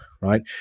right